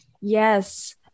Yes